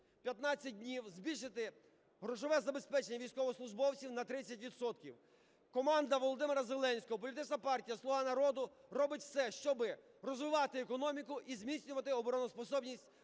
15 днів, збільшити грошове забезпечення військовослужбовців на 30 відсотків. Команда Володимира Зеленського, політична партія "Слуга народу" робить все, щоб розвивати економіку і зміцнювати обороноздатність